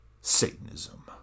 Satanism